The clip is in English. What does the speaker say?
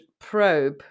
probe